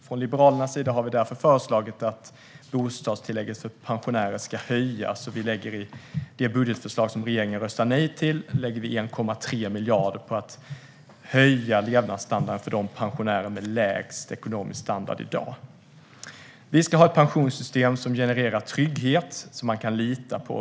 Från Liberalernas sida har vi därför föreslagit att bostadstillägget för pensionärer ska höjas, I det budgetförslag som regeringen röstar nej till lägger vi 1,3 miljarder på att höja levnadsstandarden för de pensionärer som har lägst ekonomisk standard i dag. Vi ska ha ett pensionssystem som genererar trygghet och som man kan lita på.